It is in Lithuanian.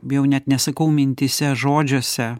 bijau net nesakau mintyse žodžiuose